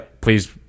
please